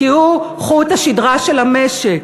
כי הוא חוט השדרה של המשק.